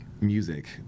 music